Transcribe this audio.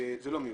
זה לא מיושם.